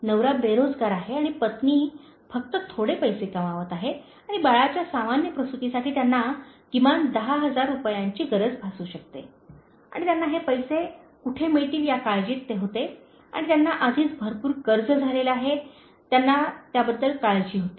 नवरा बेरोजगार आहे आणि पत्नी फक्त थोडे पैसे कमवत आहे आणि बाळाच्या सामान्य प्रसूतीसाठी त्यांना किमान दहा हजार रुपयांची गरज भासू शकते आणि त्यांना हे पैसे कोठे मिळतील या काळजीत ते होते आणि त्यांना आधीच भरपूर कर्ज झालेले आहे आणि त्यांना त्याबद्दल काळजी होती